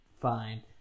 fine